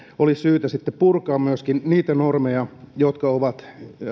olisi syytä sitten purkaa myöskin niitä normeja jotka ovat